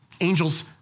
Angels